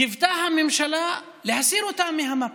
קיוותה הממשלה להסיר אותם מהמפה.